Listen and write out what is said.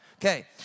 Okay